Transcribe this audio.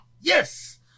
yes